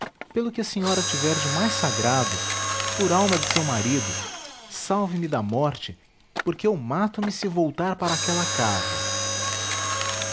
pelo que a senhora tiver de mais sagrado por alma de seu marido salve-me da morte porque eu matome se voltar para aquela casa